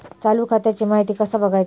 चालू खात्याची माहिती कसा बगायचा?